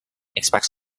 express